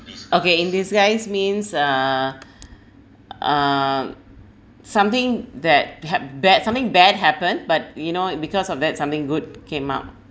okay in disguise means uh um something that hap~ bad something bad happened but you know because of that something good came up